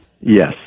Yes